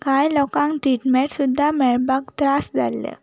कांय लोकांक ट्रिटमेट सुद्दां मेळपाक त्रास जाल्लो